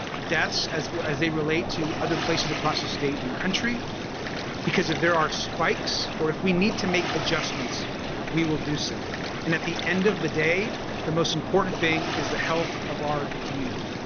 deaths as well as they relate to other places across the state and country because if there are spikes or if we need to make adjustments we will do so and at the end of the day the most important thing is the health of our community.